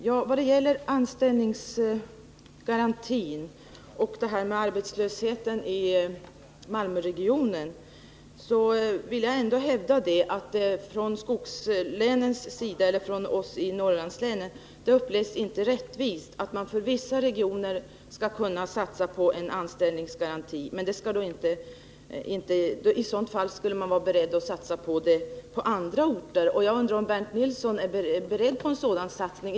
Fru talman! Vad gäller anställningsgarantin och detta med arbetslösheten i Malmöregionen vill jag hävda att vi i Norrlandslänen upplever det som icke rättvist att man för vissa regioner skall kunna satsa på en anställningsgaranti men inte för andra regioner. Om man lämnar sådana garantier på vissa orter borde man vara beredd att göra det även på andra orter. Är Bernt Nilsson beredd att göra en sådan satsning?